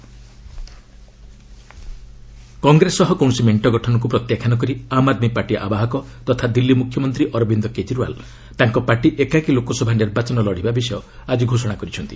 Kejriwal LS poll Congress ସହ କୌଣସି ମେଣ୍ଟ ଗଠନକୁ ପ୍ରତ୍ୟାଖ୍ୟାନ କରି ଆମ୍ ଆଦ୍ମୀ ପାର୍ଟି ଆବାହାକ ତଥା ଦିଲ୍ଲୀ ମୁଖ୍ୟମନ୍ତ୍ରୀ ଅରବିନ୍ଦ୍ କେଜରିୱାଲ୍ ତାଙ୍କ ପାର୍ଟି ଏକାକୀ ଲୋକସଭା ନିର୍ବାଚନ ଲଢ଼ିବା ବିଷୟ ଆଜି ଘୋଷଣା କରିଛନ୍ତି